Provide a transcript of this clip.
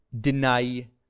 deny